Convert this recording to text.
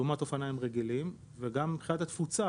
לעומת אופניים רגילים, וגם מבחינת התפוצה.